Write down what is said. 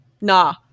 Nah